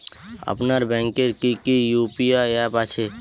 আপনার ব্যাংকের কি কি ইউ.পি.আই অ্যাপ আছে?